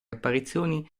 apparizioni